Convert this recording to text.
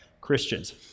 Christians